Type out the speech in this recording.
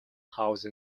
house